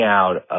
out